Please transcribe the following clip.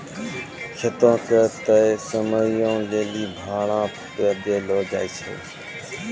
खेतो के तय समयो लेली भाड़ा पे देलो जाय छै